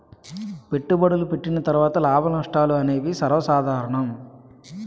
పెట్టుబడులు పెట్టిన తర్వాత లాభనష్టాలు అనేవి సర్వసాధారణం